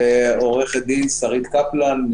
ועורכת הדין שרית קפלן,